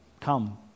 come